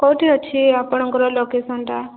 କୋଉଠି ଅଛି ଆପଣଙ୍କର ଲୋକେସନ୍ଟା